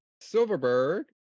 Silverberg